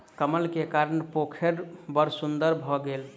कमल के कारण पोखैर बड़ सुन्दर भअ गेल